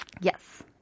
Yes